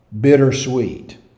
Bittersweet